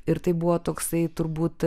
ir tai buvo toksai turbūt